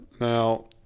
Now